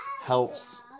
helps